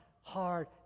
hard